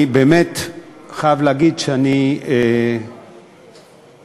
אני באמת חייב להגיד שאני מתבייש.